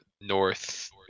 North